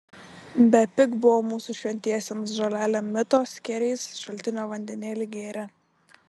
bepig buvo mūsų šventiesiems žolelėm mito skėriais šaltinio vandenėlį gėrė